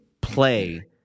play